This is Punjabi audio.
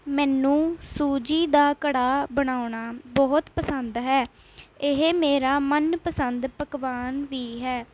ਮੈਨੂੰ ਸੂਜੀ ਦਾ ਕੜਾਹ ਬਣਾਉਣਾ ਬਹੁਤ ਪਸੰਦ ਹੈ ਇਹ ਮੇਰਾ ਮਨਪਸੰਦ ਪਕਵਾਨ ਵੀ ਹੈ